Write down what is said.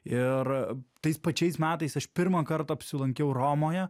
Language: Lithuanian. ir tais pačiais metais aš pirmą kartą apsilankiau romoje